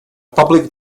public